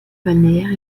balnéaire